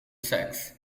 sexy